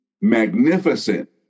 magnificent